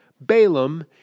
Balaam